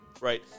right